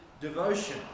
devotion